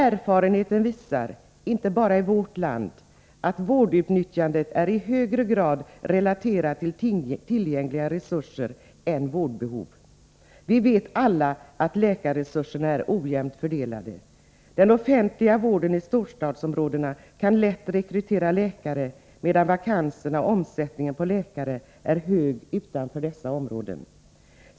Erfarenhetsmässigt, och det gäller inte bara vårt land, är vårdutnyttjandet i högre grad relaterat till tillgängliga resurser än vårdbehov. Vi vet alla att läkarresurserna är ojämnt fördelade. Den offentliga vården i storstadsområdena kan lätt rekrytera läkare, medan vakanserna är många och omsättningen på läkare är stor utanför dessa områden.